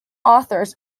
authors